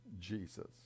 Jesus